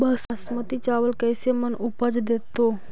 बासमती चावल कैसे मन उपज देतै?